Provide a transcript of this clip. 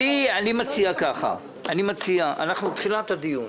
אנחנו בתחילת הדיון.